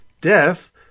death